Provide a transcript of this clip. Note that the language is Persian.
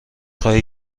خواهی